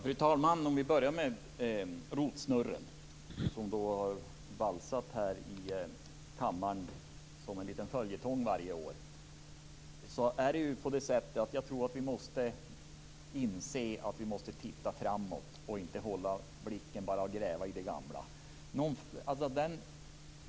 Fru talman! Vi kan börja med frågan om rotsnurren, som valsat här i kammaren som en följetong varje år. Jag tror att vi måste inse att vi måste se framåt och inte bara gräva i det gamla.